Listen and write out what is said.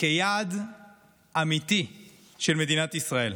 כיעד אמיתי של מדינת ישראל.